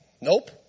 Nope